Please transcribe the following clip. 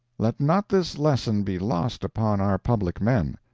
let not this lesson be lost upon our public men.